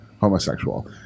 homosexual